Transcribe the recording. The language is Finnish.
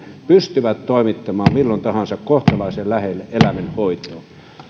pystyvät toimittamaan milloin tahansa kohtalaisen lähelle eläimen hoitoon